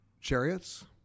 chariots